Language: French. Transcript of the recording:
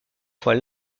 fois